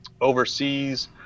overseas